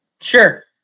Sure